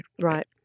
Right